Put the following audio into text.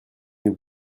nous